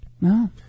No